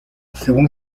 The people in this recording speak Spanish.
según